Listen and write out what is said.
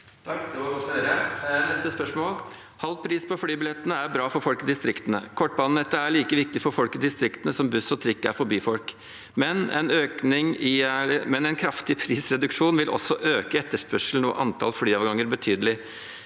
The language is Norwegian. Neste spørsmål: Halv pris på flybillettene er bra for folk i distriktene. Kortbanenettet er like viktig for folk i distriktene som buss og trikk er for byfolk, men en kraftig prisreduksjon vil også øke etterspørselen og antall flyavganger betydelig.